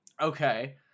Okay